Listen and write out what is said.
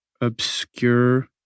obscure